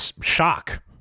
shock